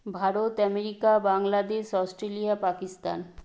Bharat America Bangladesh Australia Pakistan